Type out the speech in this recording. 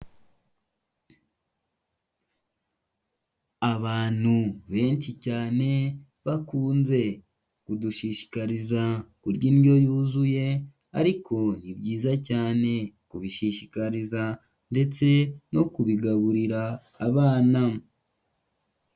Abantu benshi cyane bakunze kudushishikariza kurya indyo yuzuye ariko ni byiza cyane kubishishikariza ndetse no kubigaburira abana.